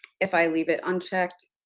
if i leave it unchecked,